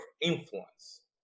influence